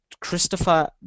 Christopher